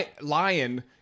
lion